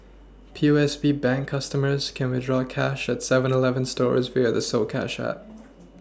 P O S B bank customers can withdraw cash at seven Eleven stores via the soCash app